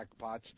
jackpots